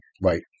Right